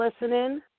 listening